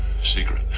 Secret